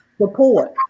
support